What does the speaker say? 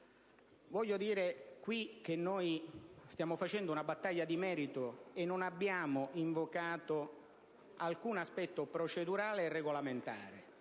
Voglio dire qui che noi stiamo facendo una battaglia di merito e non abbiamo invocato alcun aspetto procedurale e regolamentare,